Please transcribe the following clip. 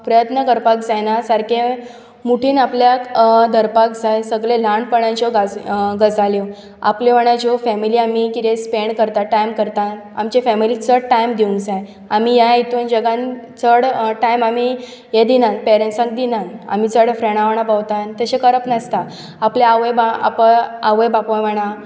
प्रयत्न करपाक जायना सारके मुठींत आपल्या धरपाक जाय सगळ्यो ल्हाणपणाच्यो गजाल्यो आपल्या वांगडा ज्यो फेमिली आमी कितें स्पेंड करता टायम करता आमचे फेमिलीक चड टायम दिवूंक जाय आमी ह्या हातूंत जगांत चड टायम आमी हे दिनात पेरंट्सांक दिनात आमी चड फ्रेंडां वांगडा भोंवता आनी तशें करप नासता आपल्या आवय बापाय वांगडा